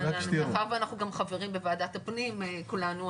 מאחר ואנחנו גם חברים בוועדת הפנים כולנו,